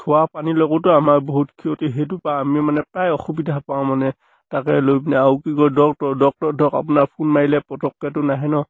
খোৱাপানীৰ লগতো আমাৰ বহুত ক্ষতি সেইটোৰপৰা আমি মানে প্ৰায় অসুবিধা পাওঁ মানে তাকে লৈ পিনে আৰু কি কয় ডক্তৰ ডক্তৰ ধৰক আপোনাৰ ফোন মাৰিলে পটককৈটো নাহে ন